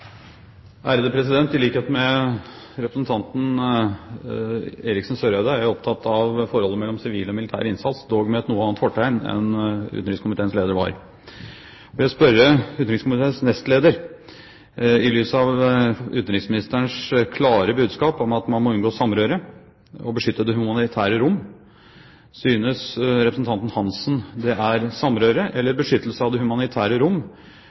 jeg opptatt av forholdet mellom sivil og militær innsats, dog med et noe annet fortegn enn det utenrikskomiteens leder var. Jeg har et spørsmål til utenrikskomiteens nestleder, i lys av utenriksministerens klare budskap om at man må unngå samrøre og beskytte det humanitære rom: Synes representanten Hansen det er samrøre eller beskyttelse av det humanitære rom